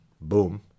Boom